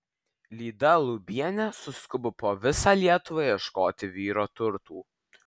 lyda lubienė suskubo po visą lietuvą ieškoti vyro turtų